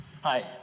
hi